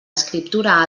escriptura